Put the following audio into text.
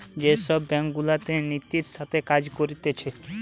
যে সব ব্যাঙ্ক গুলাতে নীতির সাথে কাজ করতিছে